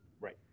Right